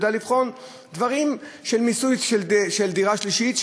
יודע לבחון דברים של מיסוי על דירה שלישית,